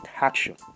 action